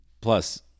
plus